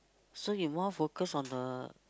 so you more focus on the